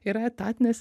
yra etatinės